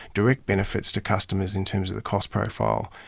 direct benefits to customers in terms of the cost profile.